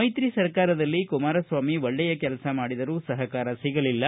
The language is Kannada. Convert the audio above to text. ಮೈತ್ರಿ ಸರ್ಕಾರದಲ್ಲಿ ಕುಮಾರಸ್ವಾಮಿ ಒಳ್ಳೆಯ ಕೆಲಸ ಮಾಡಿದರೂ ಸಹಕಾರ ಸಿಗಲಿಲ್ಲ